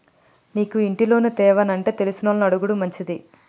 నీకు ఇంటి లోను తేవానంటే తెలిసినోళ్లని అడుగుడు మంచిది